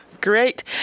Great